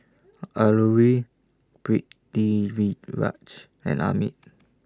Alluri Pritiviraj and Amit